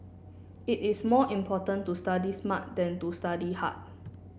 it is more important to study smart than to study hard